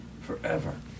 forever